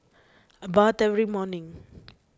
I bathe every morning